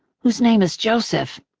whose name is joseph,